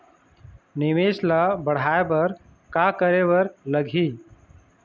निवेश ला बढ़ाय बर का करे बर लगही?